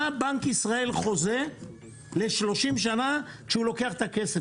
מה בנק ישראל חוזה ל-30 שנה כשהוא לוקח את הכסף?